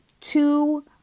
Two